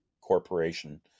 corporation